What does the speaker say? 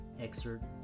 excerpt